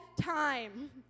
time